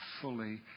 fully